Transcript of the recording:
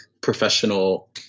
professional